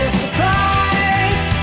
surprise